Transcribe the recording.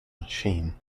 machine